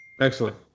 Excellent